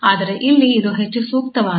ಆದರೆ ಇಲ್ಲಿ ಇದು ಹೆಚ್ಚು ಸೂಕ್ತವಾಗಿದೆ